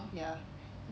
ya